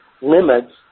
limits